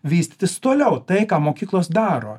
vystytis toliau tai ką mokyklos daro